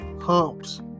pumps